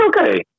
okay